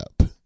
up